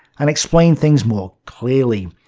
and explain things more clearly.